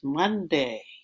Monday